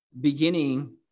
beginning